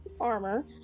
armor